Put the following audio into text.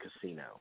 Casino